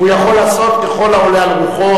הוא יכול לעשות ככל העולה על רוחו,